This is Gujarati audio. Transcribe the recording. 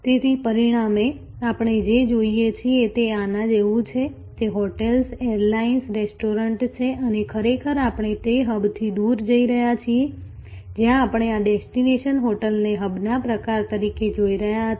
તેથી પરિણામે આપણે જે જોઈએ છીએ તે આના જેવું છે તે હોટેલ્સ એરલાઇન્સ રેસ્ટોરન્ટ્સ છે અને ખરેખર આપણે તે હબથી દૂર જઈ રહ્યા છીએ જ્યાં આપણે આ ડેસ્ટિનેશન હોટલને હબના પ્રકાર તરીકે જોઈ રહ્યા હતા